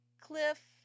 Cliff